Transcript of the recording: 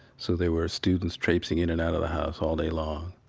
so there were students traipsing in and out of the house all day long.